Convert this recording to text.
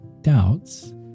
doubts